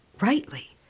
rightly